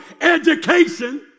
education